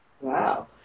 wow